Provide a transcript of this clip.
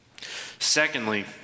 Secondly